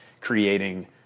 creating